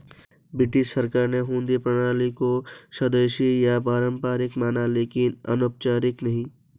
British सरकार ने हुंडी प्रणाली को स्वदेशी या पारंपरिक माना लेकिन अनौपचारिक नहीं